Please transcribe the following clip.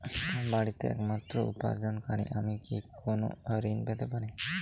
আমি বাড়িতে একমাত্র উপার্জনকারী আমি কি কোনো ঋণ পেতে পারি?